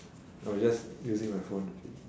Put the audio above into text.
I'm just using my phone